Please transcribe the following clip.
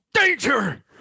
Danger